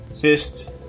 Fist